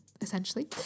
essentially